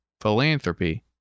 philanthropy